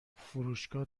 فروشگاه